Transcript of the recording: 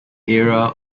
era